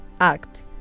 act